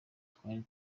twari